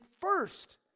first